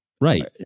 Right